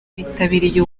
bitabiriye